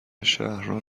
شهر